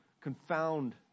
confound